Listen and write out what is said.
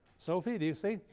sophie do you see?